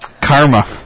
Karma